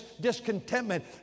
discontentment